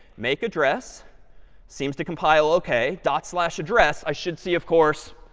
make address seems to compile ok dot slash address, i should see of course,